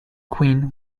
queen